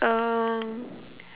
um